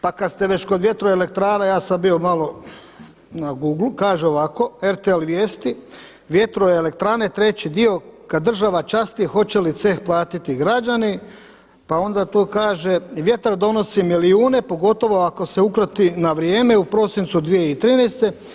Pa kad ste već kod vjetroelektrana ja sam bio malo na Googleu, kaže ovako RTL vijesti „Vjetroelektrane, treći dio, kad država časti hoće li ceh platiti građani?“ Pa onda to kaže „Vjetar donosi milijune pogotovo ako se ukroti na vrijeme u prosincu 2013.